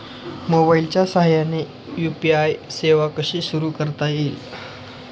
मोबाईलच्या साहाय्याने यू.पी.आय सेवा कशी सुरू करता येईल?